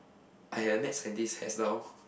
!aiya! Maths and this hairstyle